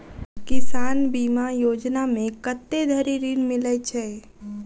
किसान बीमा योजना मे कत्ते धरि ऋण मिलय छै?